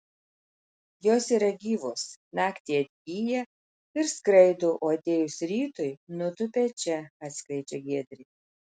jos yra gyvos naktį atgyja ir skraido o atėjus rytui nutūpia čia atskleidžia giedrė